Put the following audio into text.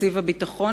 תקציב הביטחון.